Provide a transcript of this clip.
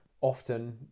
often